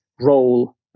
role